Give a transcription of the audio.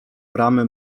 bramy